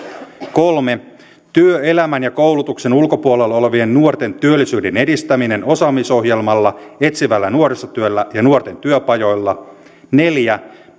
kolme työelämän ja koulutuksen ulkopuolella olevien nuorten työllisyyden edistäminen osaamisohjelmalla etsivällä nuorisotyöllä ja nuorten työpajoilla neljä